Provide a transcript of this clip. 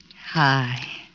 Hi